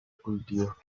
cultivos